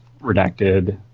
redacted